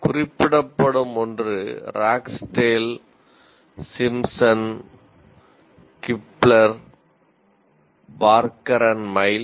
குறிப்பிடப்படும் ஒன்று ராக்ஸ்டேல்